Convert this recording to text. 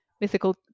mythical